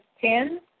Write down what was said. ten